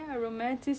I like romance